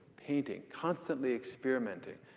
painting, constantly experimenting.